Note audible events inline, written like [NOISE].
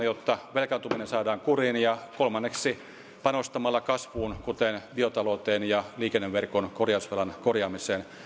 [UNINTELLIGIBLE] jotta velkaantuminen saadaan kuriin ja kolmanneksi panostamaan kasvuun kuten biotalouteen ja liikenneverkon korjausvelan korjaamiseen